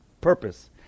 purpose